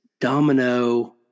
domino